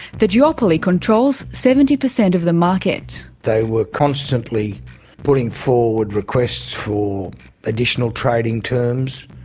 the duopoly controls seventy percent of the market. they were constantly putting forward requests for additional trading terms.